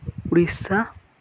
Odisha